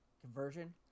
conversion